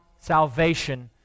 salvation